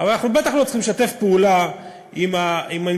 אבל אנחנו בטח לא צריכים לשתף פעולה עם המניפולציות